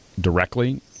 directly